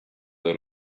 del